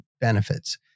benefits